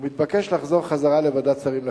היא תתבקש לחזור לוועדת השרים לחקיקה.